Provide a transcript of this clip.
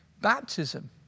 baptism